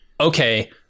Okay